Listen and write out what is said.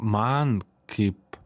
man kaip